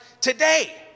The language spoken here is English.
today